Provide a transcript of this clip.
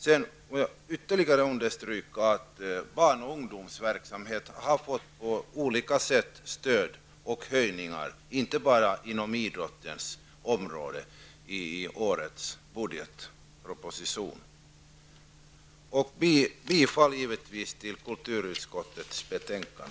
Jag vill ytterligare understryka att barn och ungdomsverksamhet på olika sätt har fått stöd och höjningar, inte bara inom idrottens område, i årets budgetproposition. Jag yrkar givetvis bifall till kulturutskottets hemställan.